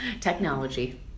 Technology